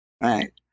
right